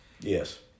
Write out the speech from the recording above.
Yes